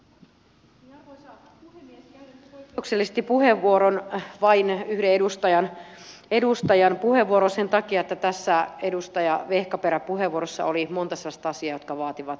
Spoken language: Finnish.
käytän poikkeuksellisesti puheenvuoron vain yhden edustajan puheenvuoroon liittyen sen takia että tässä edustaja vehkaperän puheenvuorossa oli monta sellaista asiaa jotka vaativat oikaisua